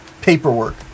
paperwork